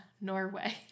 Norway